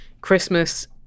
Christmas